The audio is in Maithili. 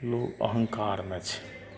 लोग अहँकारमे छै